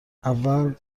اول